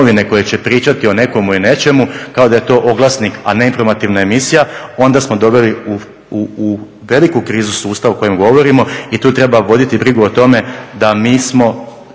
koje će pričati o nekomu ili nečemu kao da je to oglasnik, a ne informativna emisija onda smo doveli u veliku krizu sustav o kojem govorimo i tu treba voditi brigu o tome da mi smo